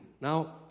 Now